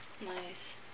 Nice